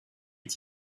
est